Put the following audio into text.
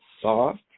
soft